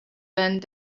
burned